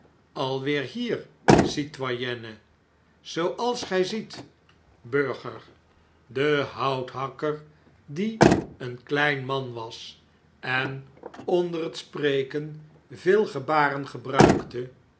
alweer hier citoyenne zooals gjj ziet burger in londen en paei ts de houthakker die een klein man was en onder het spreken vele gebarergebruikte